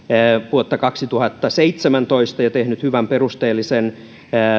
vuotta kaksituhattaseitsemäntoista ja tehnyt hyvän perusteellisen